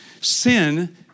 Sin